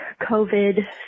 COVID